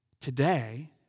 today